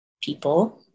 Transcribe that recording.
people